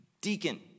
deacon